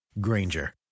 Granger